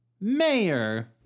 Mayor